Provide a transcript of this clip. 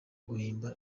guhimba